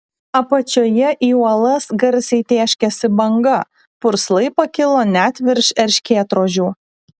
apačioje į uolas garsiai tėškėsi banga purslai pakilo net virš erškėtrožių